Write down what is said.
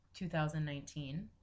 2019